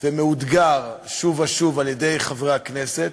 ומאותגר שוב ושוב על-ידי חברי הכנסת,